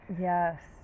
Yes